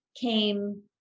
came